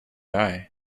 eye